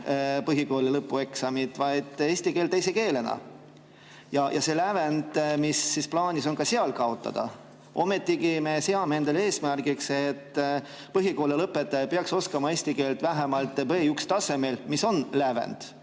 põhikooli lõpueksamid, vaid eesti keel teise keelena ja see lävend, mis on plaanis ka seal kaotada. Ometigi me seame endale eesmärgiks, et põhikoolilõpetaja peaks oskama eesti keelt vähemalt B1‑tasemel, mis ongi lävend.